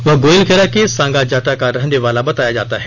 वह गोईलकेरा के सांगाजाटा का रहने वाला बताया जाता है